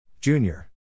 Junior